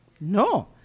No